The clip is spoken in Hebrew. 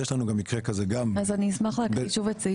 יש לנו גם מקרה כזה גם בתל אביב.